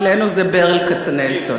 אצלנו זה ברל כצנלסון.